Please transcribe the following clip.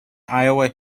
iowa